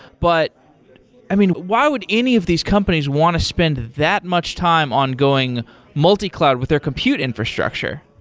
but i mean, why would any of these companies want to spend that much time on going multi-cloud with their compute infrastructure?